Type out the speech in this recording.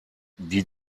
die